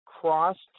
crossed